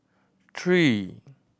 three